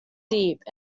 deep